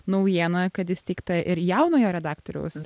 naujiena kad įsteigta ir jaunojo redaktoriaus